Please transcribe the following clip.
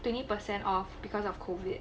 twenty percent off because of COVID